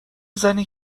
زنی